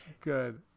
good